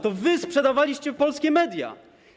To wy sprzedawaliście polskie media.